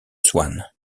swann